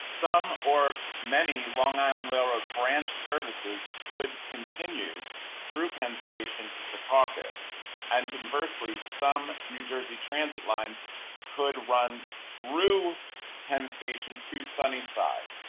some or many long island railroad branch services could continue through penn station to secaucus and inversely some new jersey transit lines could run through penn station to sunny side.